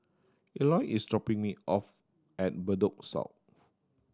Eloy is dropping me off at Bedok South